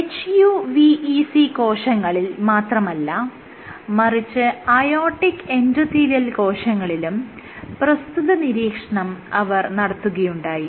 HUVEC കോശങ്ങളിൽ മാത്രമല്ല മറിച്ച് അയോർട്ടിക് എൻഡോതീലിയൽ കോശങ്ങളിലും പ്രസ്തുത നിരീക്ഷണം അവർ നടത്തുകയുണ്ടായി